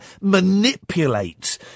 manipulate